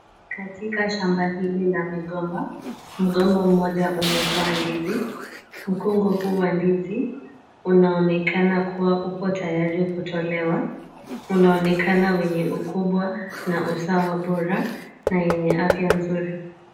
Katika shamba hili la migomba, mgomba mmoja umetoa ndizi. Mkungu huu wa ndizi unaonekana kuwa upo tayari kutolewa. Unaonekana wenye ukubwa na usawa bora na wenye afya nzuri.